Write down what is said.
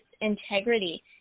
integrity